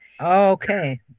Okay